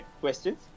questions